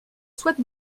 souhaite